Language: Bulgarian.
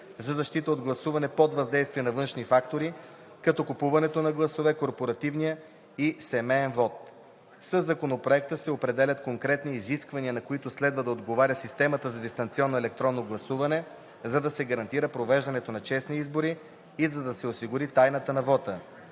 за защита от гласуване под въздействие на външни фактори, като купуването на гласове, корпоративния и семеен вот. Със Законопроекта се определят конкретните изисквания, на които следва да отговаря системата за дистанционно електронно гласуване, за да се гарантира провеждането на честни избори и за да се осигури тайната на вота,